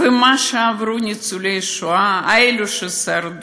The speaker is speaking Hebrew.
ומה שעברו ניצולי שואה, אלו ששרדו,